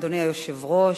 אדוני היושב-ראש,